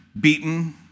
beaten